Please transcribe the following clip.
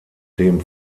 dem